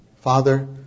Father